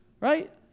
Right